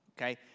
Okay